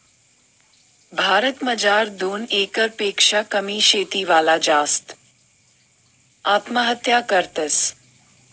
भारत मजार दोन एकर पेक्शा कमी शेती वाला जास्त आत्महत्या करतस